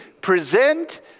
present